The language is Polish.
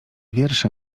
wiersze